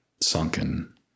sunken